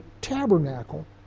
tabernacle